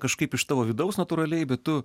kažkaip iš tavo vidaus natūraliai bet tu